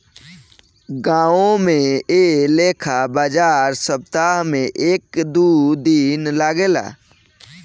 गांवो में ऐ लेखा बाजार सप्ताह में एक दू दिन लागेला